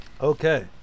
Okay